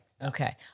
Okay